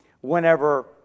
whenever